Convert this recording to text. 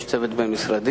יש צוות בין-משרדי,